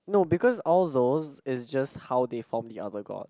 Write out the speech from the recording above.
no because all those is just how they form the other god